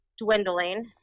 dwindling